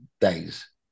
days